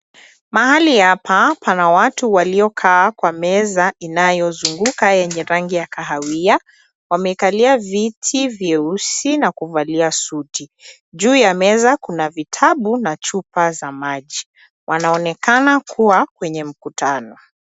Mahali hapa pana watu waliokaa kwa meza inayozunguka yenye rangi ya kahawia. Wamekalia viti vyeusi na kuvalia suti. Juu ya meza kuna vitabu na chupa za maji. Wanaonekana kuwa kwenye mkutano.